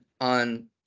on